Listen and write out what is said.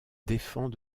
défend